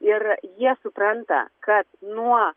ir jie supranta kad nuo